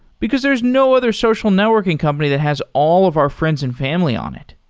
because there is no other social networking company that has all of our friends and family on it.